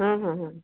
ହଁ ହଁ ହଁ